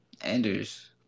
Anders